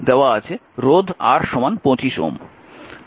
current যাই হোক না কেন এটা কোনও ব্যাপার নয়